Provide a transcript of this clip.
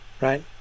Right